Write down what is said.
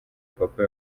papa